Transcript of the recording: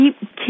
keep